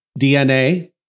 DNA